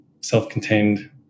self-contained